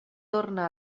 torna